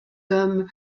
comme